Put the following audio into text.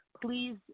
Please